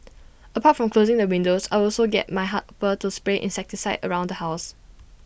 apart from closing the windows I also get my helper to spray insecticide around the house